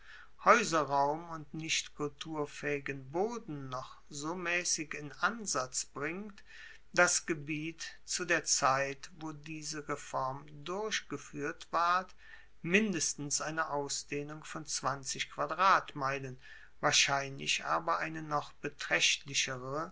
haeuserraum und nicht kulturfaehigen boden noch so maessig in ansatz bringt das gebiet zu der zeit wo diese reform durchgefuehrt ward mindestens eine ausdehnung von quadratmeilen wahrscheinlich aber eine noch